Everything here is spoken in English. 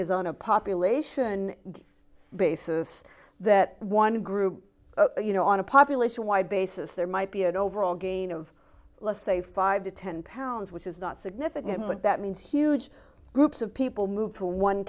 is on a population basis that at one group you know on a population wide basis there might be an overall gain of let's say five to ten pounds which is not significant but that means huge groups of people move to one